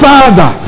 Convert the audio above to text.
Father